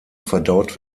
verdaut